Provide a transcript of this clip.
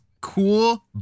cool